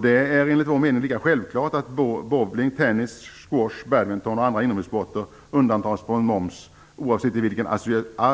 Det är enligt vår mening lika självklart att bowling, tennis, squash, badminton och andra inomhussporter undantas från moms, oavsett i vilken